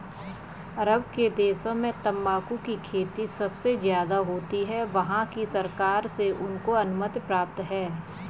अरब के देशों में तंबाकू की खेती सबसे ज्यादा होती है वहाँ की सरकार से उनको अनुमति प्राप्त है